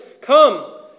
Come